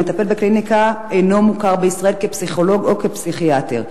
המטפל בקליניקה אינו מוכר בישראל כפסיכולוג או כפסיכיאטר.